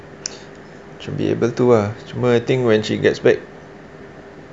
should be able to ah cuma I think when she gets back